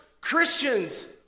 Christians